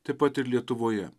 taip pat ir lietuvoje